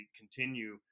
continue